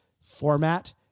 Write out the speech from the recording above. format